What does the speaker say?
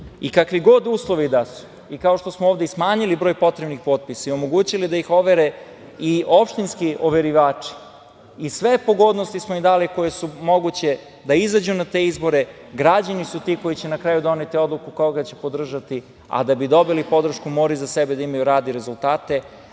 kakvi god uslovi da su, i kao što smo ovde i smanjili broj potrebnih potpisa i omogućili da ih overe i opštinski overivači i sve pogodnosti smo im dali koje su moguće da izađu na te izbore, građani su ti koji će na kraju doneti odluku koga će podržati, a da bi dobili podršku moraju iza sebe da imaju rad i rezultate,